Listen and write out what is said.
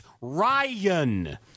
Ryan